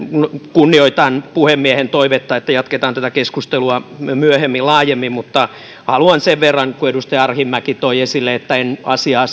kunnioitan puhemiehen toivetta että jatketaan tätä keskustelua myöhemmin laajemmin mutta haluan sen verran sanoa kun edustaja arhinmäki toi esille että en asiaa